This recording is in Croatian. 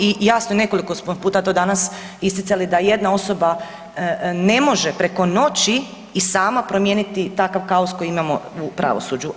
I jasno je nekoliko smo puta to danas isticali da jedna osoba ne može preko noći i sama promijeniti takav kaos koji imamo u pravosuđu.